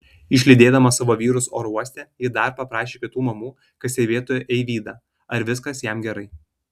išlydėdama savo vyrus oro uoste ji dar paprašė kitų mamų kad stebėtų eivydą ar viskas jam gerai